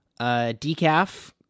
Decaf